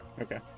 Okay